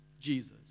Jesus